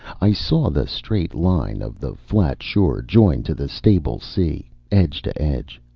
i saw the straight line of the flat shore joined to the stable sea, edge to edge,